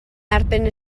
erbyn